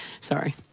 sorry